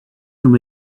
from